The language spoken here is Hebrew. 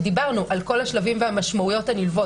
דיברנו על כל השלבים והמשמעויות הנלוות